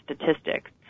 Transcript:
statistics